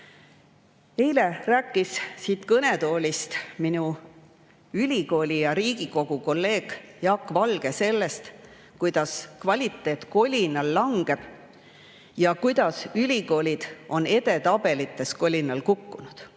rääkis siit kõnetoolist minu ülikooli ja Riigikogu kolleeg Jaak Valge sellest, kuidas kvaliteet kolinal langeb ja kuidas ülikoolid on edetabelites kolinal kukkunud.